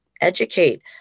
educate